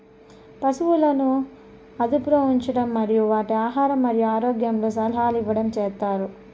పసువులను అదుపులో ఉంచడం మరియు వాటి ఆహారం మరియు ఆరోగ్యంలో సలహాలు ఇవ్వడం చేత్తారు